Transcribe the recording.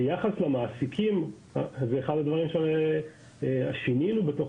ביחס למעסיקים זה הדבר ששינינו בתוך